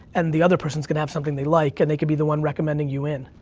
and the other person's gonna have something they like, and they can be the one recommending you in.